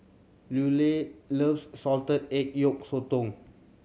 Luella loves salted egg yolk sotong